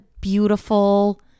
beautiful